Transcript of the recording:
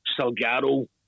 Salgado